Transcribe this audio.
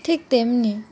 ঠিক তেমনি